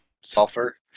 sulfur